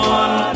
one